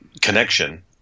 connection